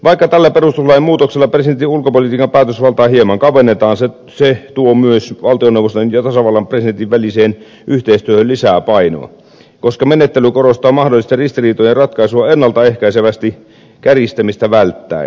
vaikka tällä perustuslain muutoksella presidentin ulkopolitiikan päätösvaltaa hieman kavennetaan se tuo myös valtioneuvoston ja tasavallan presidentin väliseen yhteistyöhön lisää painoa koska menettely korostaa mahdollisten ristiriitojen ratkaisua ennalta ehkäisevästi kärjistämistä välttäen